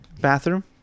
Bathroom